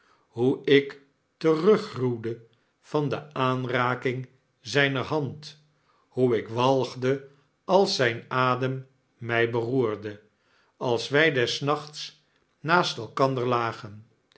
hoe ik teruggruwde van de aanraking zijner hand hoe ik walgde als zijn adem mij beroerde als wij des nachts naast elkander lagen